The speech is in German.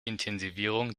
intensivierung